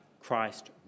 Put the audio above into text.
Christ